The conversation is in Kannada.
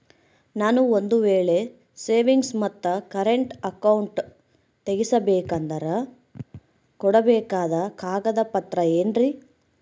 ನಾನು ಒಂದು ವೇಳೆ ಸೇವಿಂಗ್ಸ್ ಮತ್ತ ಕರೆಂಟ್ ಅಕೌಂಟನ್ನ ತೆಗಿಸಬೇಕಂದರ ಕೊಡಬೇಕಾದ ಕಾಗದ ಪತ್ರ ಏನ್ರಿ?